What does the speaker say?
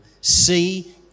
see